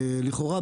לכאורה,